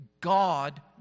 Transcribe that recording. God